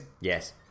Yes